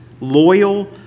loyal